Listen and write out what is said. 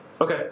Okay